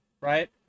right